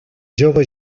jove